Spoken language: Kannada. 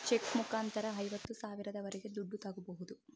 ಚೆಕ್ ಮುಖಾಂತರ ಐವತ್ತು ಸಾವಿರದವರೆಗೆ ದುಡ್ಡು ತಾಗೋಬೋದು